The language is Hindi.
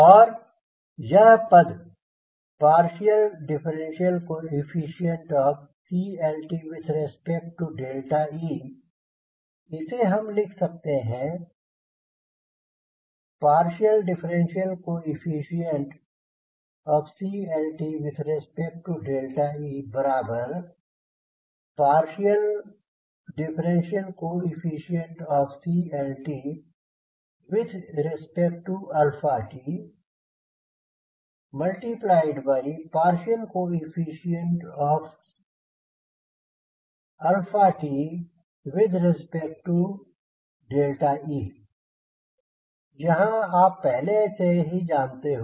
अब यह पद CLte इसे हम लिख सकते हैं CLte CLttte यह आप पहले ही जानते हो